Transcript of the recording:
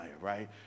right